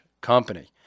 company